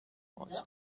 was